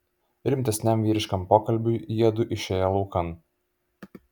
rimtesniam vyriškam pokalbiui jiedu išėję laukan